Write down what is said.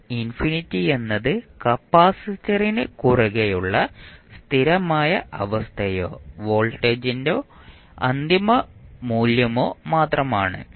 V∞ എന്നത് കപ്പാസിറ്ററിന് കുറുകെയുള്ള സ്ഥിരമായ അവസ്ഥയോ വോൾട്ടേജിന്റെ അന്തിമ മൂല്യമോ മാത്രമാണ്